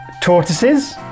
tortoises